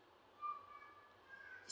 okay